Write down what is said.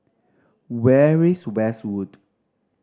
very is Westwood